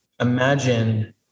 imagine